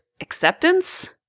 acceptance